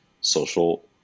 social